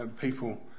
people